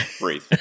breathe